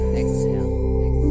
exhale